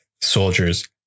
soldiers